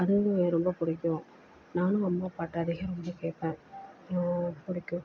அது வந்து ரொம்ப பிடிக்கும் நானும் அம்மா பாட்டு அதிகம் விரும்பி கேட்பேன் பிடிக்கும்